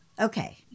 Okay